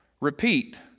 repeat